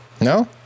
No